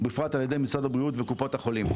ובפרט על ידי משרד הבריאות וקופות החולים.